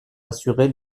assurer